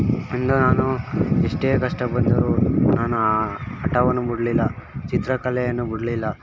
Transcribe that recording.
and ನಾನು ಎಷ್ಟೇ ಕಷ್ಟ ಬಂದರೂ ನಾನು ಆ ಹಠವನ್ನು ಬಿಡ್ಲಿಲ್ಲ ಚಿತ್ರಕಲೆಯನ್ನು ಬಿಡ್ಲಿಲ್ಲ